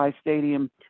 Stadium